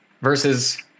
Versus